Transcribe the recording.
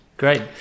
Great